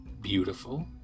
beautiful